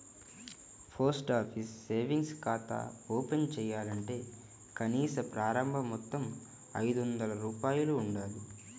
post office savings ఖాతా open చేయాలంటే కనీస ప్రారంభ మొత్తం ఐదొందల రూపాయలు ఉండాలి